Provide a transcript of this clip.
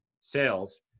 sales